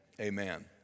Amen